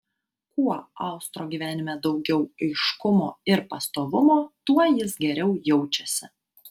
kuo austro gyvenime daugiau aiškumo ir pastovumo tuo jis geriau jaučiasi